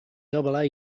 double